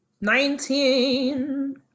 nineteen